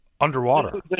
Underwater